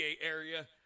area